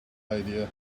idea